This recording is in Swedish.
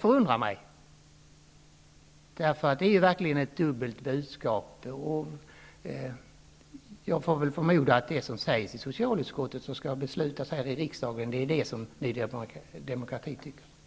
förvånar mig -- det är verkligen ett dubbelt budskap. Jag förmodar att det som sägs i socialutskottet och skall fattas beslut om här i kammaren är det som Ny demokrati tycker.